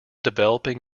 developing